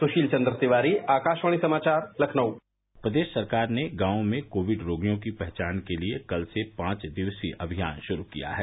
सुशील चन्द्र तिवारी आकाशवाणी समाचार लखनऊ प्रदेश सरकार ने गांवों में कोविड रोगियों की पहचान के लिए कल से पांच दिवसीय अभियान शुरू किया है